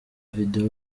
video